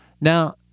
Now